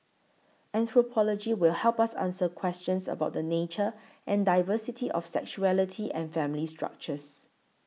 anthropology will help us answer questions about the nature and diversity of sexuality and family structures